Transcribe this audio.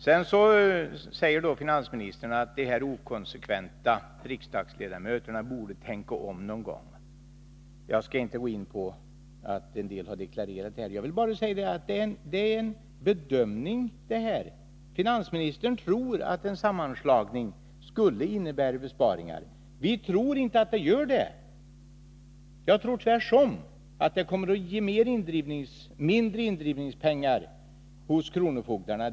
Sedan säger finansministern att de inkonsekventa riksdagsledamöterna borde tänka om någon gång. Jag skall inte gå in på detta i detalj, men jag vill betona att en del har deklarerat orsakerna till sina ställningstaganden. Jag vill bara säga att det här är en fråga om hur man bedömer det hela. Finansministern tror att en sammanslagning skulle innebära besparingar. Vi tror inte det. Jag tror tvärtom att det kommer att ge mindre indrivningspengar hos kronofogdarna.